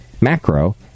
macro